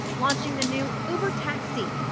launching the new uber taxi.